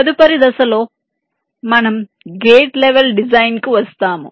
తదుపరి దశలో మనము గేట్ లెవెల్ డిజైన్ కు వస్తాము